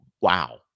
wow